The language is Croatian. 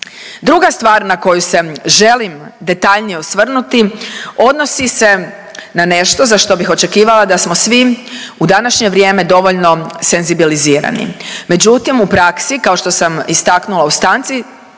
Druga stvar na koju se želim detaljnije osvrnuti odnosi se na nešto za što bih očekivala da smo svi u današnje vrijeme dovoljno senzibilizirani. Međutim, u praksi kao što sam istaknula u stanci,